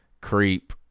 Creep